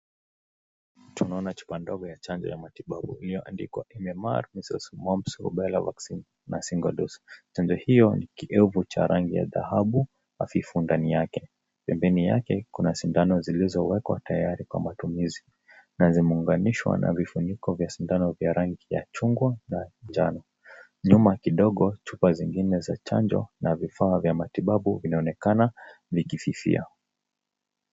Tunaona chupa ndogo ya chanjo ya matibabu iliyoandikwa MMR, Measles Mumps Rubella Vaccine , na single dose . Chanjo hiyo ni kioevu cha rangi ya dhahabu hafifu ndani yake. Pembeni yake, kuna sindano zilizowekwa tayari kwa matumizi, na zimeunganishwa na vifuniko vya sindano vya rangi ya chungwa na njano. Nyuma kidogo, chupa zingine za chanjo na vifaa vya matibabu vinaonekana vikififia.